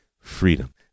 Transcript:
freedom